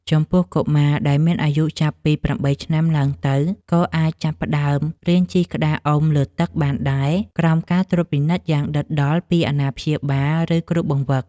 ចំពោះកុមារដែលមានអាយុចាប់ពី ៨ ឆ្នាំឡើងទៅ ក៏អាចចាប់ផ្ដើមរៀនជិះក្តារអុំលើទឹកបានដែរ ក្រោមការត្រួតពិនិត្យយ៉ាងដិតដល់ពីអាណាព្យាបាល ឬគ្រូបង្វឹក។